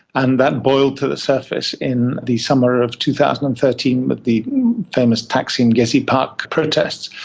and that boiled to the surface in the summer of two thousand and thirteen with the famous taksim gezi park protests.